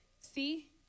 see